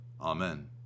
Amen